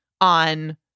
on